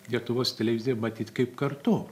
lietuvos televiziją matyt kaip kartu